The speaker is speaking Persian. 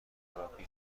مربی